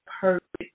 perfect